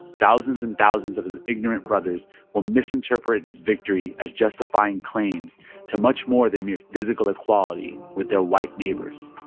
thousands and thousands of his ignorant brothers will misinterpret his victory as justifying claims to much more than mere physical equality with their white neighbors